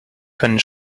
können